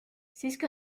siiski